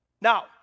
Now